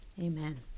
Amen